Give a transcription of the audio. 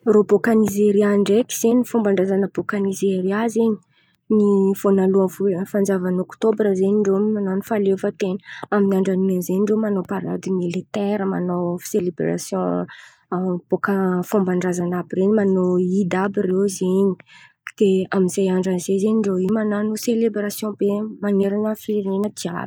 Reo bôka Nizerià ndraiky zen̈y, fomban-drazana bôka Nizerià zen̈y, ny vônalohan’ny vola- ny fanjavan’ny ôktôbra zen̈y rô no manan̈o fahaleovan-ten̈a. Amin’ny andran’in̈y amy zen̈’irô manao parady militaira, manao selebrasion bôka fomban-drazana àby ren̈y manao ida àby reo zen̈y. De amy zay andran’izay zen̈y rô io manan̈o selebrasion be man̈erana ny firenena jiàby.